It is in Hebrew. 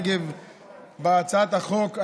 לעניין מענקים בשל נגיף הקורונה החדש (תיקוני חקיקה),